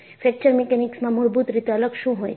fracture મિકેનિક્સમાં મૂળભૂત રીતે અલગ શું હોય છે